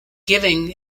giving